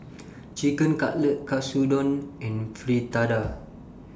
Chicken Cutlet Katsudon and Fritada